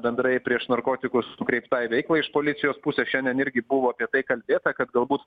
bendrai prieš narkotikus nukreiptai veiklai iš policijos pusės šiandien irgi buvo apie tai kalbėta kad galbūt